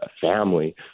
family